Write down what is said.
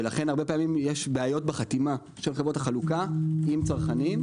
ולכן הרבה פעמים יש בעיות בחתימה של חברות החלוקה עם צרכנים,